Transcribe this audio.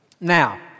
Now